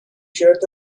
شرت